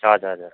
हजुर हजुर